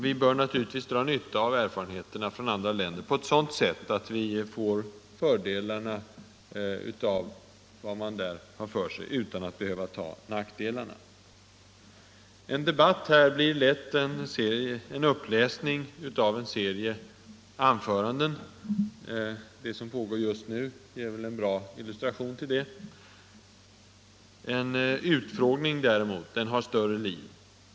Vi bör naturligtvis dra nytta av erfarenheter från andra länder på ett sådant sätt att vi får fördelarna av vad man där har för sig utan att behöva ta nackdelarna. En debatt blir lätt en uppläsning av en serie anföranden. Den som pågår just nu ger en bra illustration till det. En utfrågning däremot har större liv.